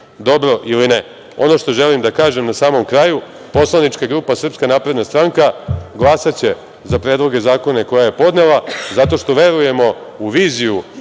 dobro ili ne. Ono što želim da kažem na samom kraju, poslanička grupa SNS glasaće za predloge zakona koje je podnela, zato što verujemo u viziju